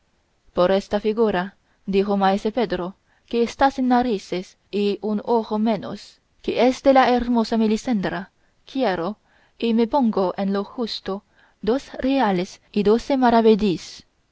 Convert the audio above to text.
por esta figura dijo maese pedro que está sin narices y un ojo menos que es de la hermosa melisendra quiero y me pongo en lo justo dos reales y doce